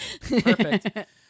Perfect